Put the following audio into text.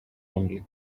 only